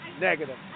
negative